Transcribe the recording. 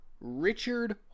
Richard